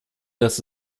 dass